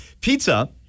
Pizza